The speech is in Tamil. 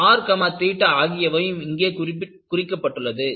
r 𝛉 ஆகியவையும் இங்கே குறிக்கப்பட்டுள்ளது